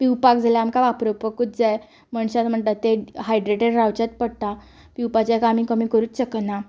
पिवपाक जाय जाल्या आमकां वापरुपाकूच जाय मनशान म्हणटा तें हायड्रेटेड रावचेंच पडटा पिवपाचें आमी कमी करूंकच शकना